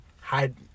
hide